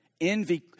Envy